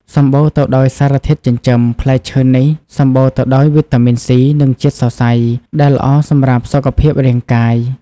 សម្បូរទៅដោយសារធាតុចិញ្ចឹម ផ្លែឈើនេះសម្បូរទៅដោយ វីតាមីន C និង ជាតិសរសៃ ដែលល្អសម្រាប់សុខភាពរាងកាយ។